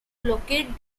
locate